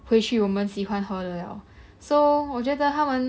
回去我们喜欢喝的了 so 我觉得他们